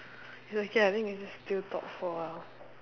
it's okay I think we just still talk for a while